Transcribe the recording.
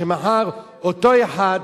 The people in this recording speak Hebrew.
שמחר אותו אחד,